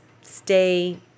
stay